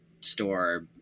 store